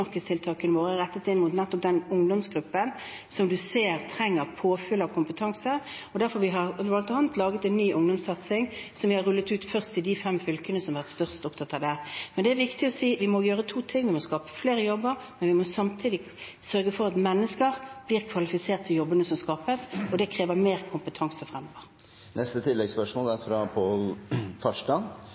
våre er rettet inn mot nettopp den ungdomsgruppen som vi ser trenger påfyll av kompetanse, og det er derfor vi bl.a. har laget en ny ungdomssatsing som vi har rullet ut først i de fem fylkene som har hatt størst behov for det. Det er viktig å si at vi må gjøre to ting: Vi må skape flere jobber, men vi må samtidig sørge for at mennesker blir kvalifisert til jobbene som skapes. Det krever mer kompetanse fremover.